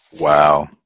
Wow